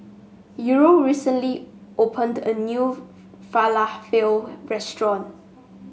Uriel recently opened a new Falafel restaurant